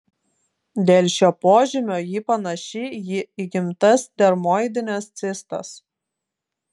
dėl šio požymio ji panaši į įgimtas dermoidines cistas